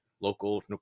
local